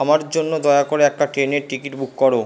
আমার জন্য দয়া করে একটা ট্রেনের টিকিট বুক করো